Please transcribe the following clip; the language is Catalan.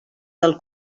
del